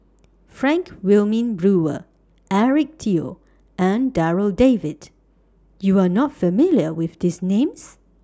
Frank Wilmin Brewer Eric Teo and Darryl David YOU Are not familiar with These Names